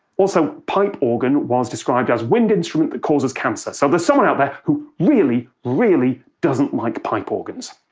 also, pipe organ was described as wind instrument that causes cancer. so there's someone out there who really, really doesn't like pipe organs.